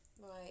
Right